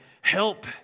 help